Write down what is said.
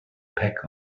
peck